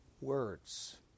words